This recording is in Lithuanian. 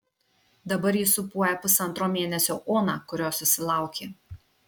dabar ji sūpuoja pusantro mėnesio oną kurios susilaukė